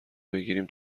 بگیریم